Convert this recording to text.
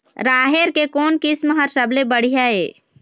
राहेर के कोन किस्म हर सबले बढ़िया ये?